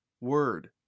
word